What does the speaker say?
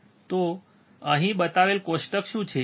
તો અહીં બતાવેલ કોષ્ટક શું છે